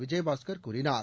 விஜயபாஸ்கர் கூறினார்